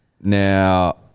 Now